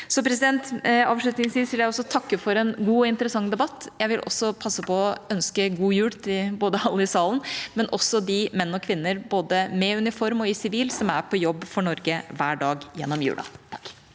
i framtida. Helt til slutt vil jeg også takke for en god og interessant debatt. Jeg vil passe på å ønske god jul til alle her i salen, og også til de menn og kvinner, både med uniform og i sivil, som er på jobb for Norge hver dag gjennom jula.